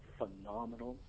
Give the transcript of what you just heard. phenomenal